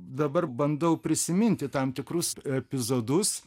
dabar bandau prisiminti tam tikrus epizodus